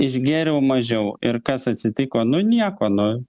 išgėriau mažiau ir kas atsitiko nu nieko nu